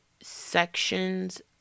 sections